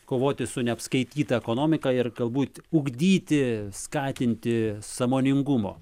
kovoti su neapskaityta ekonomika ir galbūt ugdyti skatinti sąmoningumo